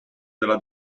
della